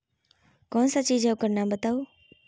कौन सा चीज है ओकर नाम बताऊ?